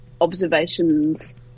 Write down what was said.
observations